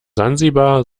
sansibar